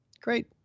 Great